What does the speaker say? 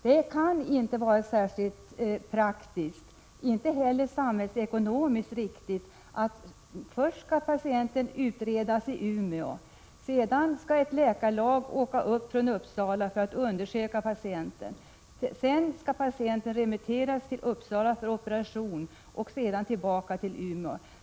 Det kan inte vara särskilt praktiskt och inte heller samhällsekonomiskt riktigt att patienten först skall utredas i Umeå, sedan skall ett läkarlag åka upp till Umeå från Uppsala för att undersöka patienten, sedan skall patienten remitteras till Uppsala för operation och därefter tillbaka till Umeå.